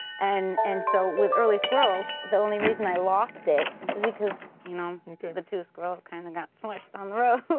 and and so with early squirrels, the only reason i lost it is because you know the two squirrels kind of got swished on the road. but